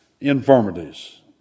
infirmities